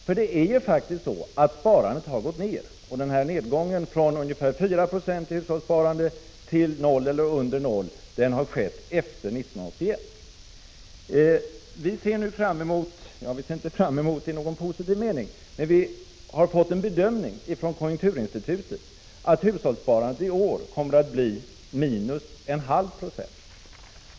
Sparandet har ju gått ned, och denna nedgång i hushållssparande från ungefär 4 Yo till noll eller under noll har skett efter 1981. Vi har nu fått en bedömning från konjunkturinstitutet, enligt vilken hushållssparandet i år kommer att bli minus 1/2 96.